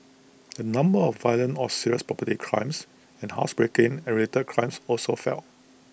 the number of violent or serious property crimes and housebreaking related crimes also fell